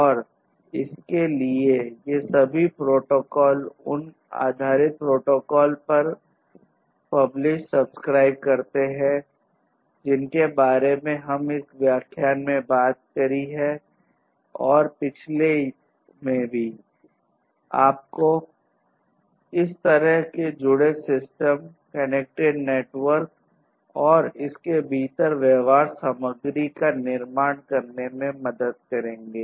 और इसके लिए ये सभी प्रोटोकॉल उन आधारित प्रोटोकॉल पर आधारित पब्लिश सब्सक्राइब करते हैं जिनके बारे में हमने इस व्याख्यान में बात की है और पिछले ये आप को इस तरह के जुड़े सिस्टम कनेक्टेड नेटवर्क और इसके भीतर व्यवहार सामग्री का निर्माण करने में मदद करेंगे